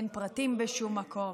אין פרטים בשום מקום,